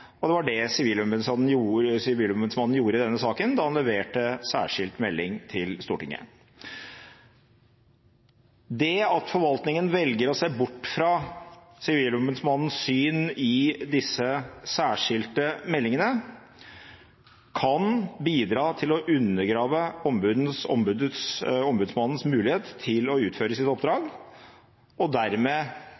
og det var det Sivilombudsmannen gjorde i denne saken da han leverte særskilt melding til Stortinget. Det at forvaltningen velger å se bort fra Sivilombudsmannens syn i disse særskilte meldingene, kan bidra til å undergrave ombudsmannens mulighet til å utføre sitt oppdrag